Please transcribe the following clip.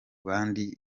bandi